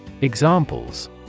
Examples